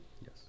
Yes